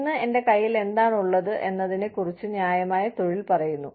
ഇന്ന് എന്റെ കൈയിൽ എന്താണുള്ളത് എന്നതിനെ കുറിച്ച് ന്യായമായ തൊഴിൽ പറയുന്നു